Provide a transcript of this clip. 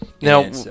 Now